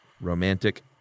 romantic